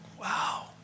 wow